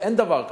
אין דבר כזה.